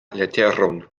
leteron